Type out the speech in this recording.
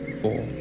four